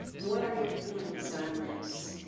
what are your feelings on this?